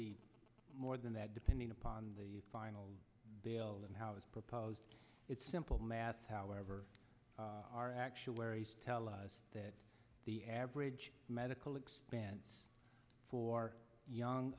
be more than that depending upon the final bell and how it's proposed it's simple math however our actual tell us that the average medical expenses for young